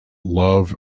love